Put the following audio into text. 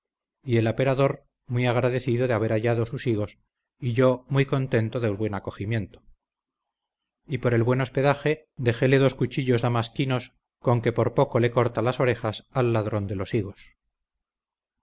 y el aperador muy agradecido de haber hallado sus higos y yo muy contento del buen acogimiento y por el buen hospedaje dejéle dos cuchillos damasquinos con que por poco le corta las orejas al ladrón de los higos